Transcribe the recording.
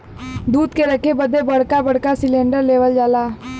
दूध के रखे बदे बड़का बड़का सिलेन्डर लेवल जाला